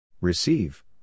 Receive